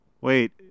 Wait